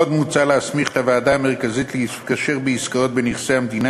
עוד מוצע להסמיך את הוועדה המרכזית להתקשר בעסקאות בנכסי מדינה,